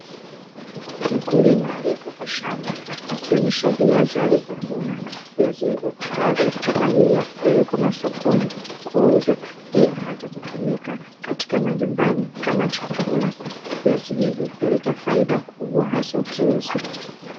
Mkulima aliyekuwepo shamba akionyesha viazi alivyovuna , viazi hivyo tayari kwa kupelekwa masokoni kuuzwa pia hata kutumika katika majumbani kama chakula, viazi hivyo huleta faida kubwa hasa vikiuzwa.